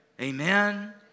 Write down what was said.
Amen